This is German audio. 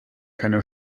keine